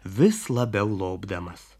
vis labiau lobdamas